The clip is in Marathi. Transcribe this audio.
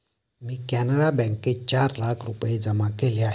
मी कॅनरा बँकेत चार लाख रुपये जमा केले आहेत